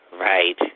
Right